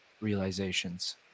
realizations